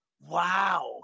Wow